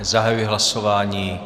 Zahajuji hlasování.